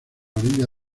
orilla